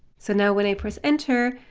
so now when i press enter,